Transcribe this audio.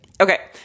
Okay